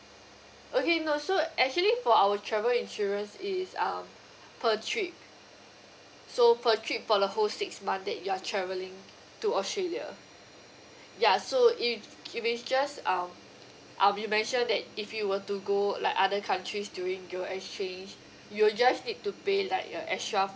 okay no so actually for our travel insurance is um per trip so per trip for the whole six month that you are travelling to australia ya so if if it's just um I already mentioned that if you were to go like other countries during your exchange you'll just need to pay like an extra